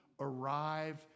arrive